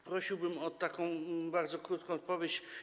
Prosiłbym o bardzo krótką odpowiedź.